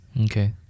Okay